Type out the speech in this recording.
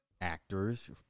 actors